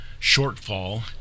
shortfall